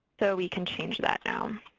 so we can change that now.